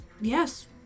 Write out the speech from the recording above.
Yes